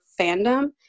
fandom